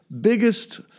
biggest